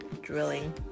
drilling